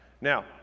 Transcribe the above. Now